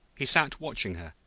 he sat watching her,